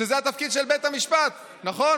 שזה התפקיד של בית המשפט, נכון?